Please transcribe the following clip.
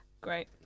Great